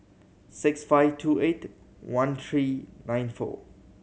six five two eight one three nine four